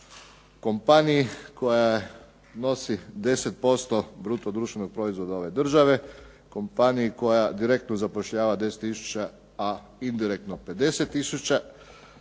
kompaniji koja nosi 10% bruto-društvenog proizvoda ove države, kompaniji koja direktno zapošljava 10 tisuća a indirektno 50